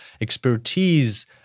expertise